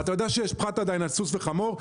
אתה יודע שיש עדיין פחת על סוס וחמור.